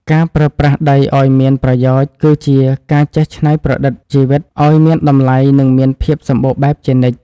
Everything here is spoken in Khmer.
ការប្រើប្រាស់ដីឱ្យមានប្រយោជន៍គឺជាការចេះច្នៃប្រឌិតជីវិតឱ្យមានតម្លៃ និងមានភាពសម្បូរបែបជានិច្ច។